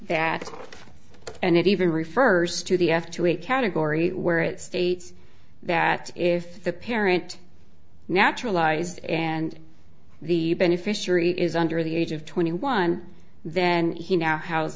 that and it even refers to the f two a category where it states that if the parent naturalized and the beneficiary is under the age of twenty one then he now ho